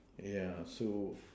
ya so